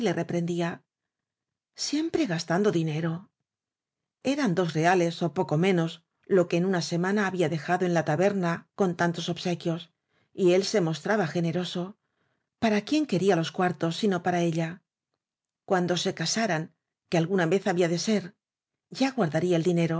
le reprendía siempre gastando dinero eran dos reales ó poco menos lo que en una semana había deja do en la taberna con tantos obsequios y él se mostraba generoso para quién quería los cuar tos sino para ella cuando se casaran que al guna vez había de ser ya guardaría el dinero